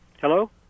Hello